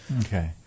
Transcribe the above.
Okay